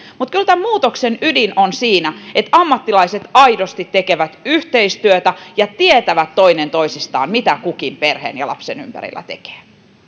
mutta kyllä tämän muutoksen ydin on siinä että ammattilaiset aidosti tekevät yhteistyötä ja tietävät toinen toisistaan mitä kukin perheen ja lapsen ympärillä tekee